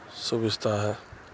سوویدھا ہے